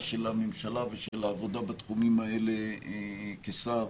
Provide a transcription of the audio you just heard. של הממשלה ושל העבודה בתחומים האלה כשר.